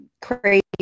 crazy